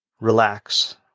Relax